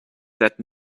that